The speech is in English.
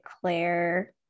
Claire